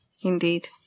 indeed